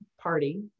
party